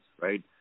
right